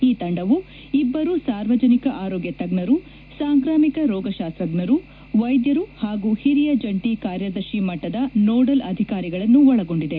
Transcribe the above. ಈ ತಂಡವು ಇಬ್ಬರು ಸಾರ್ವಜನಿಕ ಆರೋಗ್ಯ ತಜ್ಞರು ಸಾಂಕ್ರಾಮಿಕ ರೋಗಶಾಸ್ತಜ್ಞರು ವೈದ್ಯರು ಹಾಗೂ ಹಿರಿಯ ಜಂಟಿ ಕಾರ್ಯದರ್ಶಿ ಮಟ್ಟದ ನೋಡಲ್ ಅಧಿಕಾರಿಗಳನ್ನು ಒಳಗೊಂಡಿದೆ